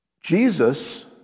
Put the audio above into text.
Jesus